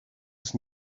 his